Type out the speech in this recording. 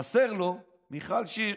חסרה לו מיכל שיר.